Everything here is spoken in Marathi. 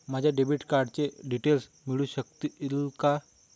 माझ्या डेबिट कार्डचे डिटेल्स मिळू शकतील का?